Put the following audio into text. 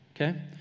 okay